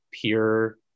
Pure